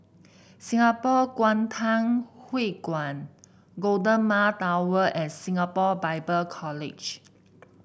Singapore Kwangtung Hui Kuan Golden Mile Tower and Singapore Bible College